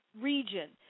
region